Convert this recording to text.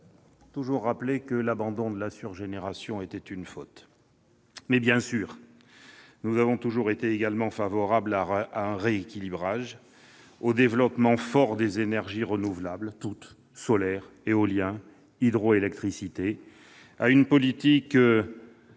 toujours rappelé que l'abandon de la surgénération était une faute. Mais, bien sûr, nous avons toujours été favorables également à un rééquilibrage, au développement fort de toutes les énergies renouvelables, solaire, éolien, hydroélectricité, à une politique d'économies